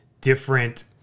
different